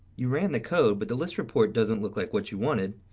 you ran the code, but the list report doesn't look like what you wanted.